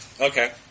Okay